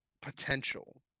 potential